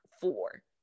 four